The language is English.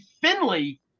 Finley